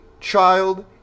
child